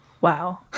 Wow